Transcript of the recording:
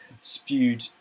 spewed